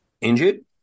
injured